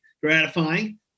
gratifying